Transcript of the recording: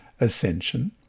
ascension